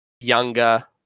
younger